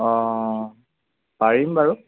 অঁ পাৰিম বাৰু